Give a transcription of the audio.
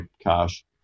cash